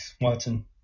Watson